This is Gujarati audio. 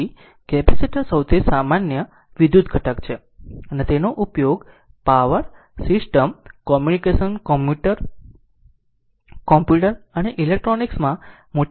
તેથી કેપેસિટર સૌથી સામાન્ય વિદ્યુત ઘટક છે અને તેનો ઉપયોગ પાવર સિસ્ટમ કમ્યુનિકેશન કમ્પ્યુટર અને ઇલેક્ટ્રોનિક્સ માં મોટા પ્રમાણમાં થાય છે